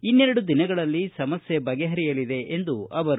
ಇನ್ನೆರಡು ದಿನಗಳಲ್ಲಿ ಸಮಸ್ಯೆ ಬಗೆಹರಿಯಲಿದೆ ಎಂದರು